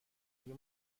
مگه